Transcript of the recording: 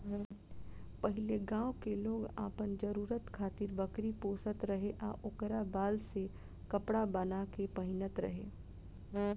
पहिले गांव के लोग आपन जरुरत खातिर बकरी पोसत रहे आ ओकरा बाल से कपड़ा बाना के पहिनत रहे